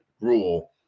rule